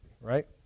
right